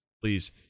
Please